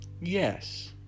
Yes